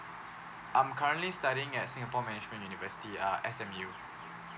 I'm currently studying at singapore management university uh S_M_U